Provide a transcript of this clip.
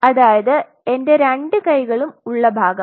അതായത് എന്റെ രണ്ട് കൈകളും ഉള്ള ഭാഗം